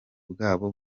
bwabo